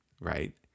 right